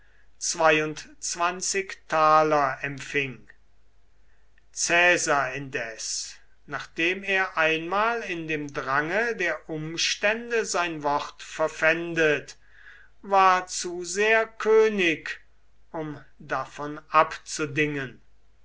sesterzen empfing caesar indes nachdem er einmal in dem drange der umstände sein wort verpfändet war zu sehr könig um davon abzudingen